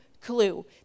Clue